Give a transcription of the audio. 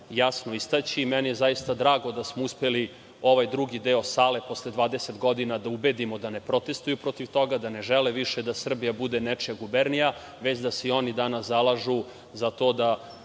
jasno istaći. Meni je zaista drago da smo uspeli ovaj drugi deo sale posle 20 godina da ubedimo da ne protestuju protiv toga, da ne žele više da Srbija bude nečija gubernija, već da se i oni danas zalažu za to da